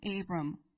Abram